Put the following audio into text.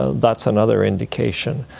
ah that's another indication.